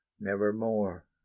nevermore